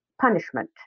punishment